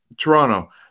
Toronto